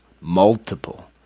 multiple